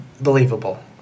believable